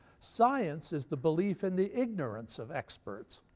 science is the belief in the ignorance of experts.